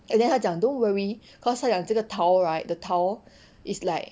and then 他讲 don't worry cause 他讲这个 tile right the tile is like